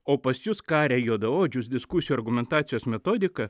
o pas jus karė juodaodžius diskusijų argumentacijos metodika